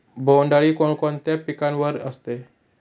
बोंडअळी कोणकोणत्या पिकावर असते?